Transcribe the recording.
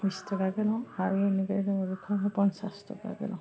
বিছ টকাকে লওঁ আৰু এনেকে পঞ্চাছ টকাকে লওঁ